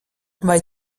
vai